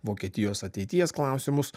vokietijos ateities klausimus